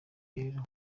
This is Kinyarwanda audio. rero